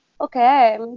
okay